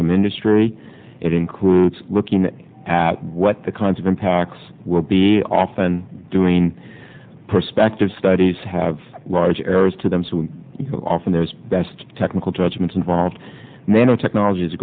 from industry it includes looking at what the kinds of impacts will be often doing prospective studies have large areas to them so often there's best technical judgement involved nanotechnology is